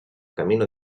camino